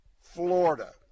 Florida